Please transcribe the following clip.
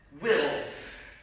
wills